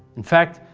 in fact,